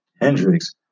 Hendricks